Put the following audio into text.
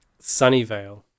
Sunnyvale